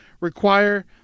require